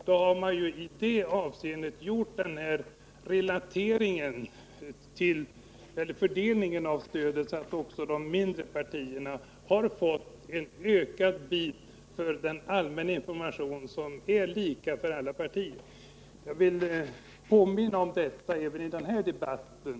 Då har vi redan gjort en fördelning av stödet så att också de mindre partierna har fått ökat bidrag för den allmänna information som är lika för alla partier. Jag vill påminna om detta även i den här debatten.